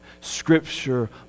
Scripture